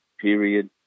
period